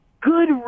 Good